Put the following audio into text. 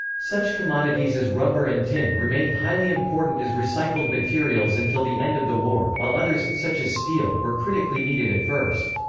such commodities as rubber and tin remained highly important as recycled materials until the end of the war, while others, such as steel, were critically needed at first.